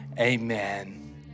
amen